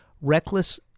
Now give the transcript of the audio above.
reckless